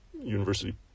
university